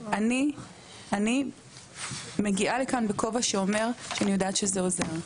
אני מגיעה לכאן בכובע שאומר שאני יודעת שזה עוזר.